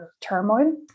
turmoil